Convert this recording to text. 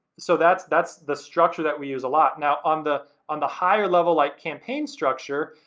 so that's that's the structure that we use a lot. now on the on the higher level like campaign structure,